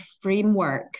framework